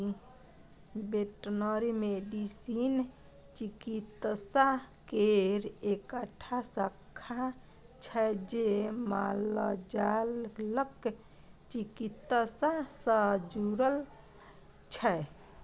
veterinary medicine चिकित्सा केर एकटा शाखा छै जे मालजालक चिकित्सा सँ जुरल छै